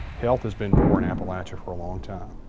health has been poor in appalachia for a long time,